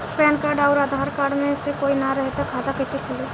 Pan card आउर Aadhaar card मे से कोई ना रहे त खाता कैसे खुली?